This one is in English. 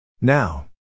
Now